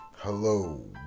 Hello